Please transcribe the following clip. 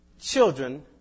children